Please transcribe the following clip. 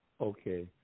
Okay